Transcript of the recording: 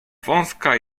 wąska